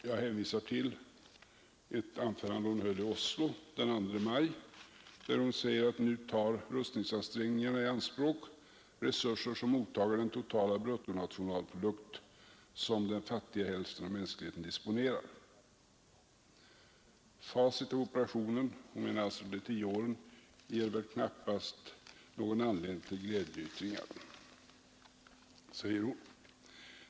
Jag hänvisar till ett anförande som hon höll i Oslo den 2 maj, där hon säger att nu tar rustningsansträngningarna i anspråk resurser som motsvarar den totala bruttonationalprodukt som den fattiga hälften av mänskligheten disponerar, och att facit av operationen — hon menar alltså de tio åren — knappast ger någon anledning till glädjeyttringar.